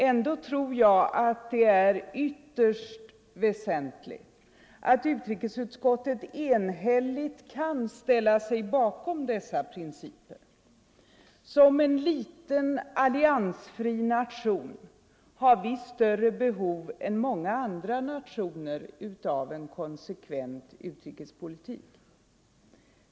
Ändå tror jag det är ytterst väsentligt att utrikesutskottet enhälligt kan ställa sig bakom dessa principer. Som en liten, alliansfri nation har vi större behov än många andra nationer av en konsekvent utrikespolitik.